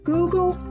Google